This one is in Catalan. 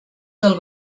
del